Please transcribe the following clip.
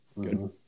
Good